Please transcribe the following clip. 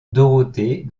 dorothée